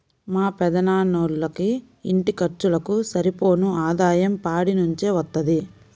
మా పెదనాన్నోళ్ళకి ఇంటి ఖర్చులకు సరిపోను ఆదాయం పాడి నుంచే వత్తది